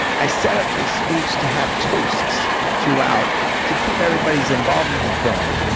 i set up this speech to have toasts throughout to keep everybody's involvement going.